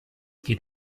geht